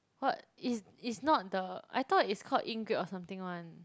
what is is not the I thought it's called ink grab or something [one]